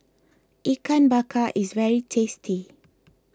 Ikan Bakar is very tasty